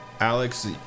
Alex